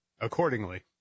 Accordingly